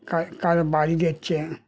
কারো কারো বাড়ি দিচ্ছে